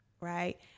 right